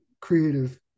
creative